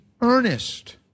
earnest